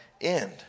end